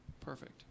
perfect